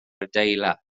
adeilad